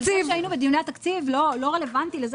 אבל זה שהיינו בדיוני התקציב לא רלוונטי לזה